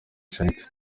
shanitah